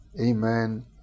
amen